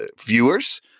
viewers